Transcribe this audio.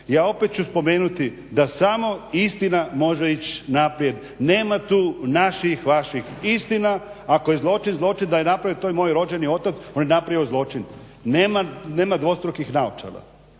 ću opet spomenuti da smo istina može ići naprijed. Nema tu naših, vaših. Istina ako je zločin, zločin da je napravio to i moj rođeni otac on je napravio zločin. Nema dvostrukih naočala